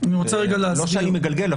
לא שאני מגלגל,